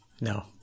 No